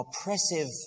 oppressive